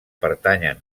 pertanyen